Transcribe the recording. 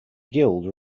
guild